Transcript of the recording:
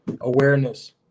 awareness